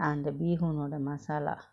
and the bee hoon or the masala